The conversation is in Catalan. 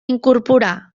incorporà